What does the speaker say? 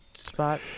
spot